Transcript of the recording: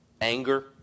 anger